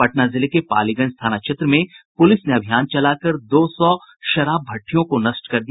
पटना जिले के पालीगंज थाना क्षेत्र में पुलिस ने अभियान चलाकर दो सौ शराब भट्ठियों को नष्ट कर दिया